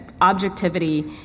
objectivity